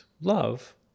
love